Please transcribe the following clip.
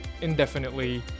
indefinitely